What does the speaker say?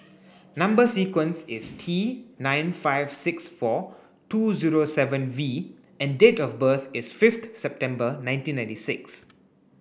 number sequence is T nine five six four two zero seven V and date of birth is fifth September nineteen ninety six